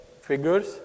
figures